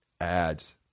ads